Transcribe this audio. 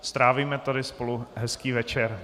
Strávíme tu spolu hezký večer.